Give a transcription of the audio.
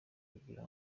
kugira